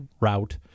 route